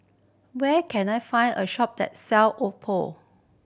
where can I find a shop that sell Oppo